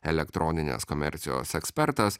elektroninės komercijos ekspertas